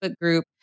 group